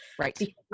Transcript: right